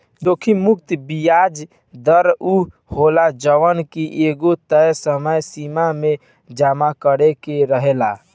जोखिम मुक्त बियाज दर उ होला जवन की एगो तय समय सीमा में जमा करे के रहेला